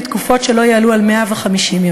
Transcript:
לתקופות שלא יעלו על 150 ימים,